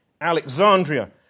Alexandria